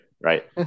right